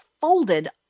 folded